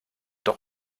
doch